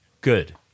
Good